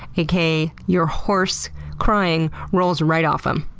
aka your horse crying, rolls right off em.